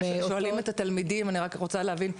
אני רק רוצה להבין,